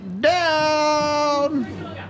down